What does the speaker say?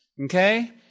Okay